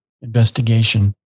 investigation